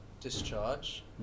Discharge